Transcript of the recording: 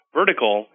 vertical